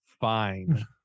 fine